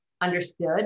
understood